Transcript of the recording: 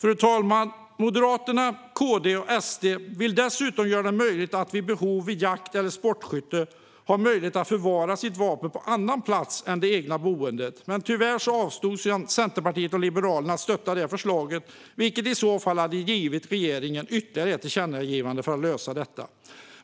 Fru talman! Moderaterna, Kristdemokraterna och Sverigedemokraterna vill dessutom göra det möjligt att man vid behov vid jakt eller sportskytte kan förvara sitt vapen på annan plats än det egna boendet. Tyvärr avstod Centerpartiet och Liberalerna från att stötta detta förslag, vilket annars hade givit regeringen ytterligare ett tillkännagivande för att lösa detta.